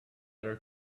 her